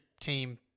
team